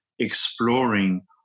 Exploring